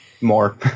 More